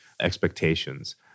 expectations